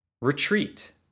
Retreat